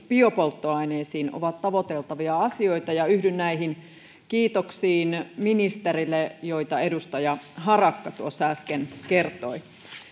biopolttoaineisiin ovat tavoiteltavia asioita ja yhdyn näihin kiitoksiin ministerille joita edustaja harakka tuossa äsken kertoi